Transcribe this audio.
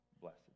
blessed